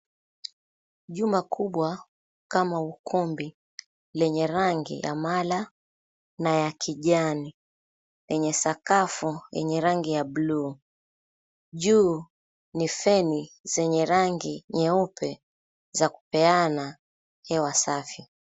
Jumba kubwa, kama ukumbi, lenye rangi amala na ya kijani, yenye sakafu yenye rangi ya bluu. Juu ni feni zenye rangi nyeupe za kupeana hewa safi.